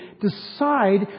decide